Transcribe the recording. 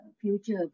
future